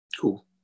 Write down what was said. Cool